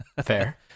Fair